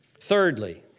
Thirdly